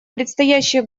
предстоящие